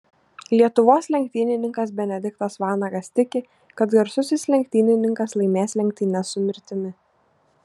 lietuvos lenktynininkas benediktas vanagas tiki kad garsusis lenktynininkas laimės lenktynes su mirtimi